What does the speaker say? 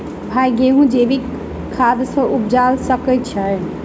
भाई गेंहूँ जैविक खाद सँ उपजाल जा सकै छैय?